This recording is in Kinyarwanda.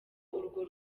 urwo